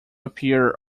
appear